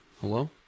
Hello